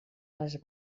les